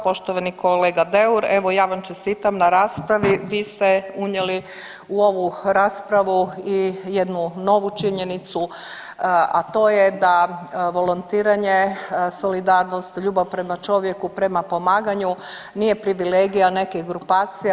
Poštovani kolega Deur evo ja vam čestitam na raspravi, vi ste unijeli u ovu raspravu i jednu novu činjenicu, a to je da volontiranje, solidarnost, ljubav prema čovjeku, prema pomaganju nije privilegija nekih grupacija.